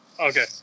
Okay